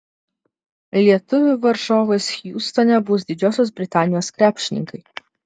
lietuvių varžovais hjustone bus didžiosios britanijos krepšininkai